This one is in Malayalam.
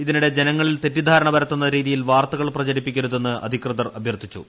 ഇതിനിടെ ജനങ്ങളിൽ തെറ്റിദ്ധാരണ പരത്തുന്ന രീതിയിൽ വാർത്തകൾ പ്രചരിപ്പിക്കരുതെന്ന് അധികൃതർ അഭ്യർത്ഥിച്ചു